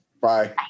Bye